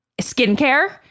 Skincare